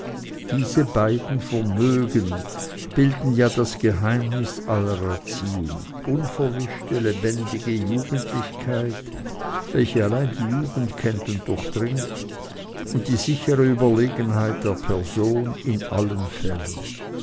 diese beiden vermögen bilden ja das geheimnis aller erziehung unverwischte lebendige jugendlichkeit welche allein die jugend kennt und durchdringt und die sichere überlegenheit der person in allen fällen